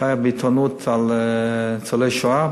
כשהיה בעיתונות על עניין ניצולי השואה,